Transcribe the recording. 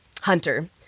Hunter